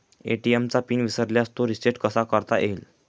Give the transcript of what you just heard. ATM चा PIN विसरल्यास तो रिसेट कसा करता येईल?